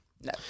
no